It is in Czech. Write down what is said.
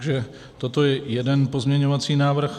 Takže toto je jeden pozměňovací návrh.